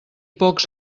pocs